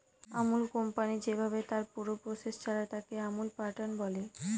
Amul company যেভাবে তার পুরো প্রসেস চালায়, তাকে আমুল প্যাটার্ন বলে